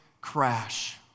crash